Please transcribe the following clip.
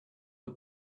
the